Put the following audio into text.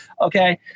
Okay